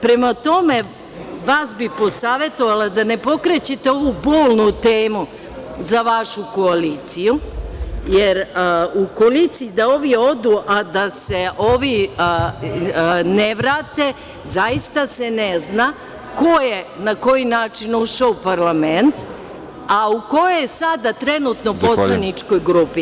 Prema tome, vas bih posavetovala da ne pokrećete ovu bolnu temu za vašu koaliciju, jer u koaliciji da ovi odu, a da se ovi ne vrate zaista se ne zna ko je, na koji način ušao u parlament, a u koje sada trenutno poslaničkoj grupi.